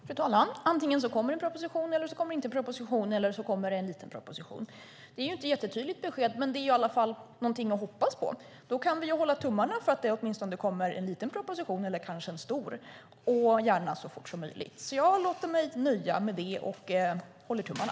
Fru talman! Antingen kommer en proposition eller inte, eller så kommer en liten proposition. Det är inte ett tydligt besked, men det är i alla fall någonting att hoppas på. Då kan vi hålla tummarna för att det åtminstone kommer en liten proposition eller kanske en stor - och gärna så fort som möjligt. Jag låter mig nöja med det och håller tummarna.